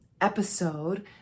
episode